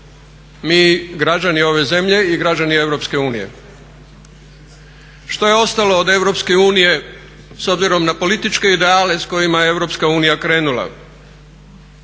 Mi građani ove zemlje i građani EU. Što je ostalo od EU s obzirom na političke ideale s kojima je EU krenula?